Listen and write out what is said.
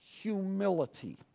humility